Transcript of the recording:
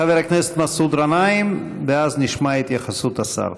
חבר הכנסת מסעוד גנאים, ואז נשמע את התייחסות השר.